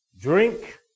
Drink